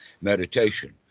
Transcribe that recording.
meditation